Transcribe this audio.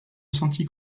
sentit